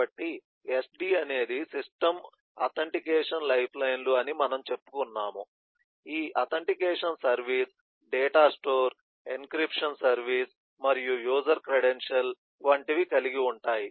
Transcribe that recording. కాబట్టి SD అనేది system authentication లైఫ్లైన్లు అని మనము చెప్కున్నాము ఈ authentication service data store encryption service మరియు యూజర్ క్రెడెన్టియాల్ వంటివి కలిగి ఉంటాయి